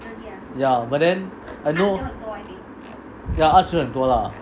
ya but then I know ya arts 有很多 lah